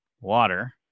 water